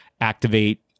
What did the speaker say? activate